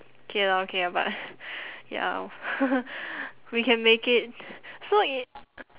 K lah okay ah but ya we can make it so i~